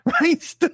right